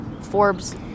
Forbes